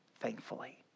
thankfully